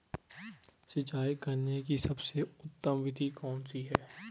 सिंचाई करने में सबसे उत्तम विधि कौन सी है?